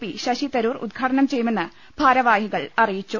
P Shashi Tharoor ഉദ്ഘാടനം ചെയ്യുമെന്ന് ഭാര വാഹികൾ അറിയിച്ചു